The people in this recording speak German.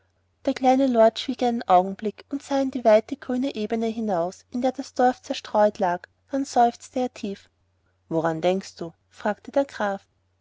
der kleine lord schwieg einen augenblick und sah in die weite grüne ebene hinaus in der das dorf zerstreut lag dann seufzte er tief auf woran denkst du fragte der graf